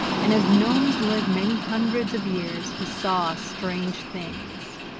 and as gnomes live many hundreds of years he saw strange things.